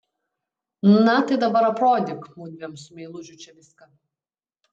na tai dabar aprodyk mudviem su meilužiu čia viską